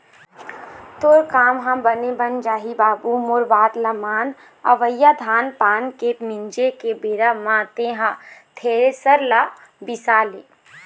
तोर काम ह बने बन जाही बाबू मोर बात ल मान अवइया धान पान के मिंजे के बेरा म तेंहा थेरेसर ल बिसा ले